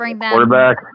quarterback